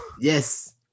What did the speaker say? yes